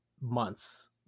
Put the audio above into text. months